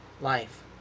life